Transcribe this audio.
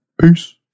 peace